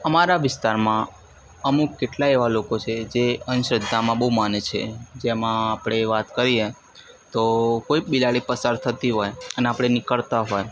અમારા વિસ્તારમાં અમુક કેટલાય એવાં લોકો છે જે અંધ શ્રદ્ધામાં બહુ માને છે જેમાં આપણે વાત કરીએ તો કોઈ બિલાડી પસાર થતી હોય અને આપણે નીકળતા હોય